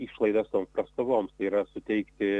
išlaidas toms prastovoms yra suteikti